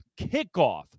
kickoff